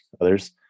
others